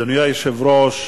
אדוני היושב-ראש,